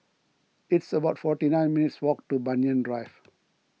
it's about forty nine minutes' walk to Banyan Drive